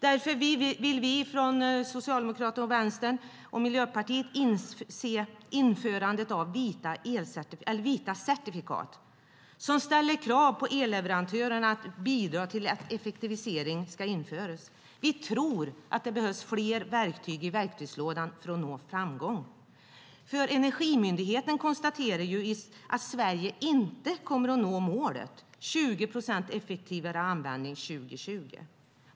Därför vill vi från Socialdemokraterna, Vänstern och Miljöpartiet se införandet av vita certifikat som ställer krav på elleverantörerna att bidra till att införa effektivisering. Vi tror det behövs fler verktyg i verktygslådan för att nå framgång. Energimyndigheten konstaterar att Sverige inte kommer att nå målet 20 procent effektivare användning 2020.